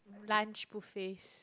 lunch buffets